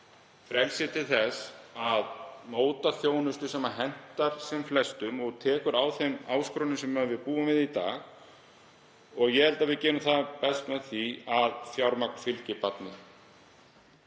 frelsi til þess að móta þjónustu sem hentar sem flestum og tekur á þeim áskorunum sem við búum við í dag. Ég held að við gerum það best með því að fjármagn fylgi barni.